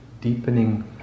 deepening